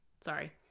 Sorry